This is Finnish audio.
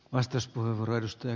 arvoisa puhemies